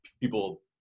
people